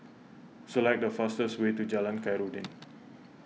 select the fastest way to Jalan Khairuddin